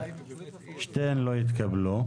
שתיהן לא התקבלו.